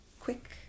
quick